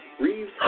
Reeves